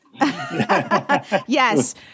Yes